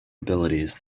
abilities